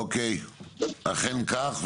אכן כך.